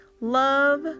love